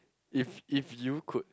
if if you could